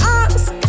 ask